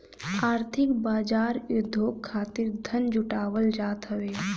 आर्थिक बाजार उद्योग खातिर धन जुटावल जात हवे